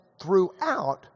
throughout